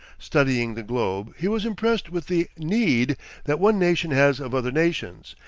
studying the globe, he was impressed with the need that one nation has of other nations,